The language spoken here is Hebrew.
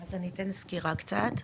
אז אני אתן סקירה קצת.